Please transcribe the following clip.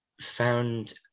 found